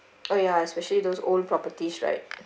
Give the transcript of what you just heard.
oh ya especially those old properties right